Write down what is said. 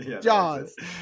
jaws